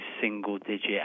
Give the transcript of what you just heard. single-digit